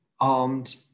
armed